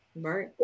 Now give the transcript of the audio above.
right